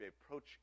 approach